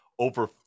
over